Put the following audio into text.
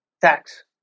tax